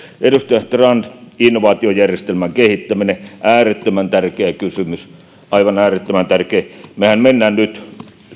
edustaja strand kysyi innovaatiojärjestelmän kehittämisestä äärettömän tärkeä kysymys aivan äärettömän tärkeä mehän menemme nyt